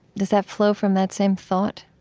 does that flow from that same thought?